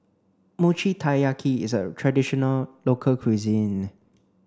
Mochi Taiyaki is a traditional local cuisine